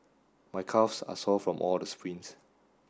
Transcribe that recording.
my calves are sore from all the sprints